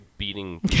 Beating